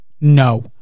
No